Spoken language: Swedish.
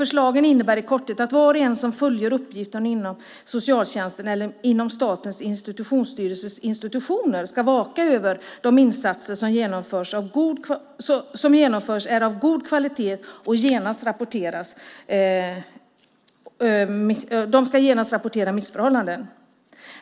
Förslagen innebär i korthet att var och en som fullgör uppgifter inom socialtjänsten eller inom Statens institutionsstyrelses institutioner ska bevaka att de insatser som görs är av god kvalitet och genast rapportera missförhållanden.